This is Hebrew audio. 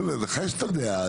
לך יש את הדעה,